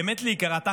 באמת להיקרע,